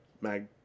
mag